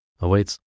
awaits